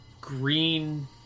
green